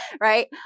right